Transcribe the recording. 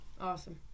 Awesome